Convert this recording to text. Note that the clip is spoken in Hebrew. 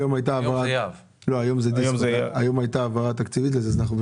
היום הייתה העברה תקציבית לזה.